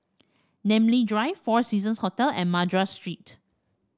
Namly Drive Four Seasons Hotel and Madras Street